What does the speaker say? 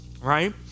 right